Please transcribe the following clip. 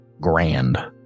grand